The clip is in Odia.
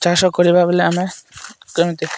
ଚାଷ କରିବା ବେଳେ ଆମେ କେମିତି